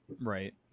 Right